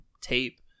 tape